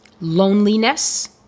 loneliness